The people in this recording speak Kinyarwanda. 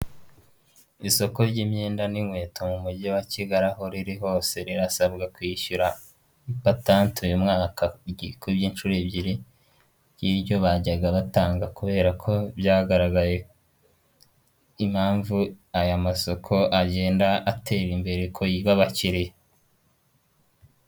Isoko ry'imyenda n'inkweto mu Mujyi wa Kigali, aho riri hose rirasabwa kwishyura ipatanti uyu mwaka ryikubye inshuro ebyiri ry'iryo bajyaga batanga, kubera ko byagaragaye impamvu aya masoko agenda atera imbere, ko yiba abakiriya.